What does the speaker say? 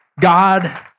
God